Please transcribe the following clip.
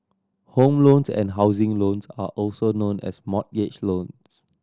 home loans and housing loans are also known as mortgage loans